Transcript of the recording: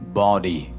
body